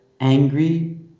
angry